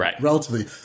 relatively